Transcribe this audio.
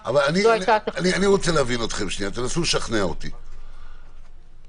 אני יכול להבין שאם מגיע השוטר לשטח לחפש אותו בגלל ההפרה,